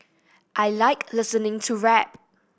I like listening to rap